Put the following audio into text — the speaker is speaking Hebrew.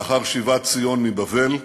לאחר שיבת ציון מבבל,